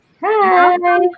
Hi